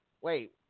Wait